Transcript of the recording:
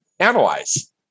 analyze